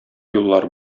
юллар